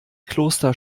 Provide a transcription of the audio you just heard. kloster